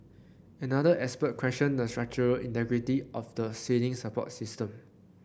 another expert questioned the structural integrity of the ceiling support system